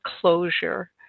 closure